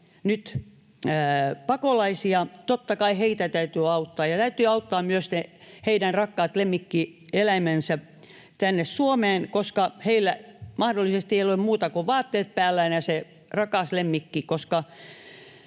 nyt pakolaisia. Totta kai heitä täytyy auttaa ja täytyy auttaa myös ne heidän rakkaat lemmikkieläimensä tänne Suomeen, koska heillä mahdollisesti ei ole muuta kuin vaatteet päällään ja se rakas lemmikki, koska